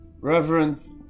Reverence